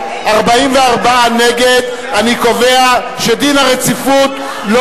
הרווחה והבריאות על רצונה להחיל דין רציפות על